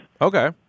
okay